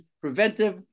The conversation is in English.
preventive